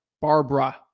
Barbara